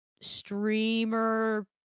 streamer